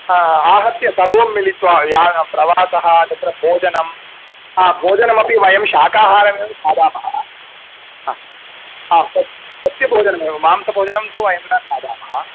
आहत्य सर्वं मिलित्वा या प्रवासः तत्र भोजनं हा भोजनमपि वयं शाकाहारमेव खादामः हा आं सस्यभोजनमेव मांसभोजनं तु वयं न खादामः